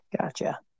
gotcha